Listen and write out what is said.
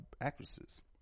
actresses